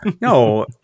No